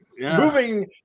Moving